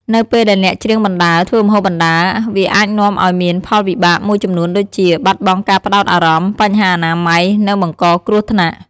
នៅពេលដែលអ្នកច្រៀងបណ្ដើរ ធ្វើម្ហូបបណ្ដើរ វាអាចនាំឱ្យមានផលវិបាកមួយចំនួនដូចជា បាត់បង់ការផ្តោតអារម្មណ៍ បញ្ហាអនាម័យ និងបង្កគ្រោះថ្នាក់។